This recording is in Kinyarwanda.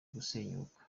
gusenyuka